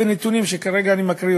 הנתונים שכרגע אני מקריא,